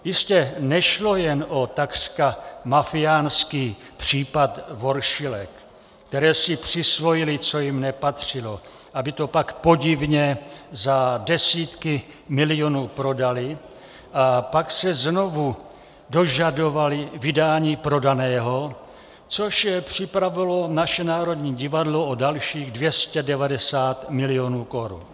Jistě nešlo jen o takřka mafiánský případ voršilek, které si přisvojily, co jim nepatřilo, aby to pak podivně za desítky milionů prodaly a pak se znovu dožadovaly vydání prodaného, což připravilo naše Národní divadlo o dalších 290 milionů korun.